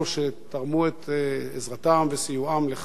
שתרמו את עזרתם וסיועם לכך.